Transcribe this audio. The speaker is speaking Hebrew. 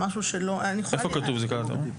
איפה כתוב זיקה לטרור?